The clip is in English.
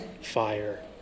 fire